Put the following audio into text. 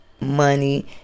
money